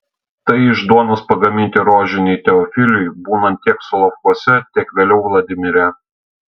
tai iš duonos pagaminti rožiniai teofiliui būnant tiek solovkuose tiek vėliau vladimire